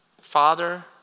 father